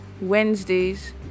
Wednesdays